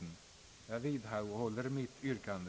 Jag vidhåller mitt yrkande.